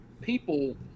people